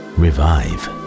revive